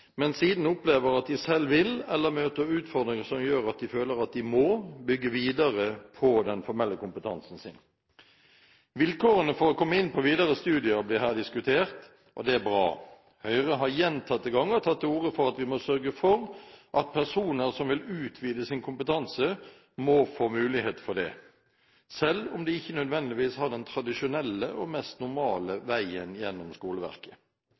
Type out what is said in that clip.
men som siden opplever at de selv vil, eller møter utfordringer som gjør at de føler at de må, bygge videre på den formelle kompetansen. Vilkårene for å komme inn på videre studier blir her diskutert, og det er bra. Høyre har gjentatte ganger tatt til orde for at vi må sørge for at personer som vil utvide sin kompetanse, må få mulighet til det, selv om de ikke nødvendigvis har den tradisjonelle og mest normale veien gjennom skoleverket.